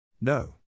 No